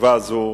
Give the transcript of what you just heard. סעיף